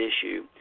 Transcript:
issue